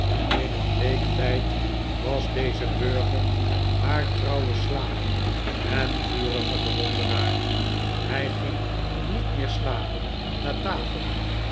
in een week tijd was deze burger haar trouwe slaaf en vurige bewonderaar hij ging niet meer slapen na tafel